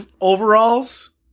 Overalls